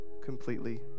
completely